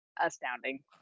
astounding